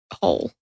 hole